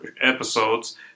episodes